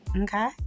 okay